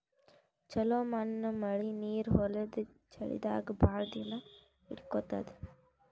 ಛಲೋ ಮಣ್ಣ್ ಮಳಿ ನೀರ್ ಹೊಲದ್ ಬೆಳಿದಾಗ್ ಭಾಳ್ ದಿನಾ ಹಿಡ್ಕೋತದ್